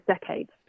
decades